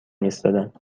ایستادن